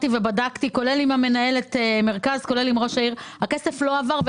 שבדקתי עם מנהלת המרכז ועם ראש העיר מסתבר שהכסף לא הועבר,